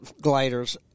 gliders